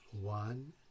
One